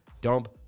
dump